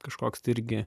kažkoks tai irgi